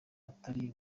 atari